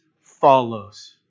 follows